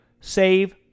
save